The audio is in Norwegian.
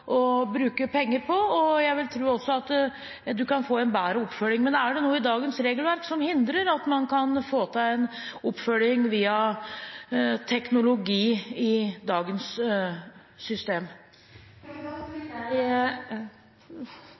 bruke penger på, og jeg vil også tro at det kan gi en bedre oppfølging. Men er det noe i dagens regelverk som hindrer at man kan få til en oppfølging via teknologi i dagens system? Så vidt jeg kjenner til, er